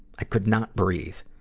i could not breathe.